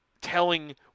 telling